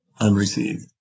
unreceived